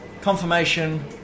confirmation